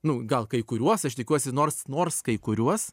nu gal kai kuriuos aš tikiuosi nors nors kai kuriuos